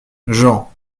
jean